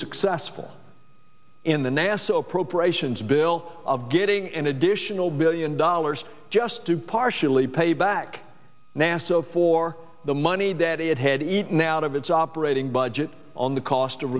successful in the nasa appropriations bill of getting an additional billion dollars just to partially pay back nasa for the money that it had eaten out of its operating budget on the cost of